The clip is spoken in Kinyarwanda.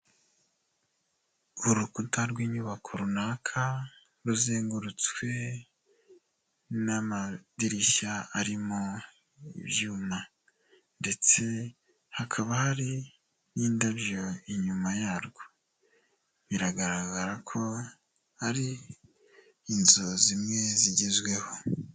Urukuta rw'inyubako runaka, ruzengurutswe n'amadirishya arimo ibyuma, ndetse hakaba hari n'indabyo inyuma yarwo. Biragaragara ko ari inzu zimwe zigezweho.